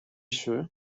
shoe